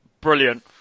brilliant